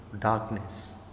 darkness